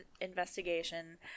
Investigation